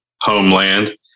homeland